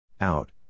Out